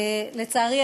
לצערי,